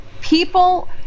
people